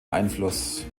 einfluss